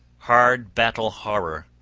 hard battle-horror,